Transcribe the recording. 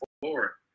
four